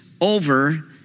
over